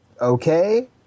okay